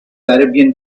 arabian